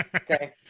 okay